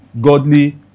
godly